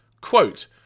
Quote